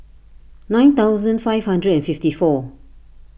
nine thousand five hundred and fifty four